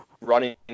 running